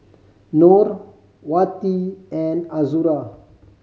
Nor Wati and Azura